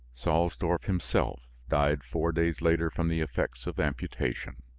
salsdorf himself died four days later from the effects of amputation.